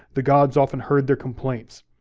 the gods often heard their complaints.